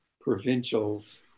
Provincials